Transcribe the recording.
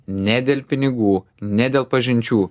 ne dėl pinigų ne dėl pažinčių